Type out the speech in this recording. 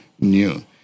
new